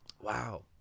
Wow